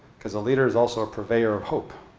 because a leader is also a purveyor of hope.